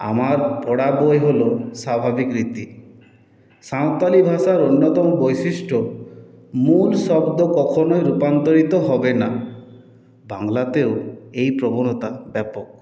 আমার পড়া বই হল স্বাভাবিক রীতি সাঁওতালি ভাষার অন্যতম বৈশিষ্ট্য মূল শব্দ কখনই রূপান্তরিত হবে না বাংলাতেও এই প্রবণতা ব্যাপক